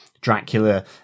dracula